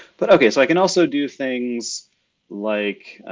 but okay, so i can also do things like,